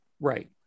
right